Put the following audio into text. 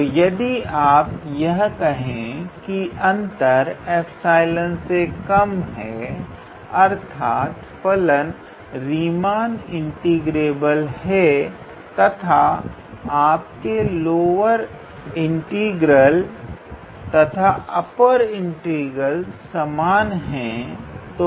तो यदि आप यह कहें कि अंतर 𝜖 से कम है अर्थात फलन रीमान इंटीग्रेबल है तथा आपके लोअर इंटीग्रल तथा अप्पर इंटीग्रल समान है